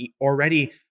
already